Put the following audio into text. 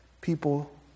people